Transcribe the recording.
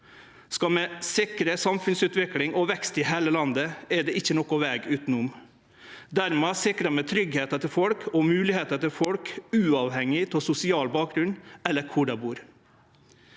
Skal vi sikre samfunnsutvikling og vekst i heile landet, er det ikkje nokon veg utanom. Dermed sikrar vi tryggleiken til folk og moglegheitene til folk – uavhengig av sosial bakgrunn eller kvar dei bur.